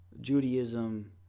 Judaism